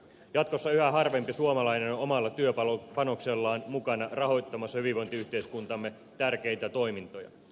jatkossa yhä harvempi suomalainen on omalla työpanoksellaan mukana rahoittamassa hyvinvointiyhteiskuntamme tärkeitä toimintoja